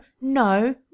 no